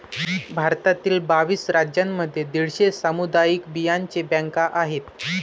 भारतातील बावीस राज्यांमध्ये दीडशे सामुदायिक बियांचे बँका आहेत